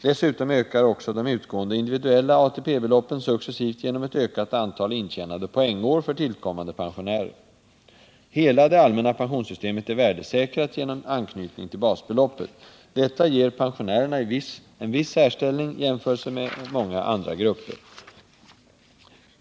Dessutom ökar också de utgående individuella ATP-beloppen successivt genom ett ökat antal intjänade poängår för tillkommande pensionärer. Hela det allmänna pensionssystemet är värdesäkrat genom anknytning till basbeloppet. Detta ger pensionärerna en viss särställning jämfört med många andra grupper.